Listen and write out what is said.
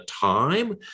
time